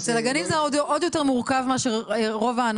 נכון, אצל הגנים זה מורכב יותר מאשר שאר הענפים.